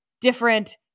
different